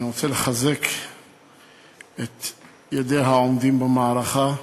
ואני רוצה לחזק את ידי העומדים במערכה,